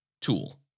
tool